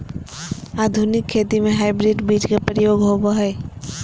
आधुनिक खेती में हाइब्रिड बीज के प्रयोग होबो हइ